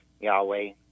Yahweh